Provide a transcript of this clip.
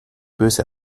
böse